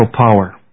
power